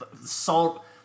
salt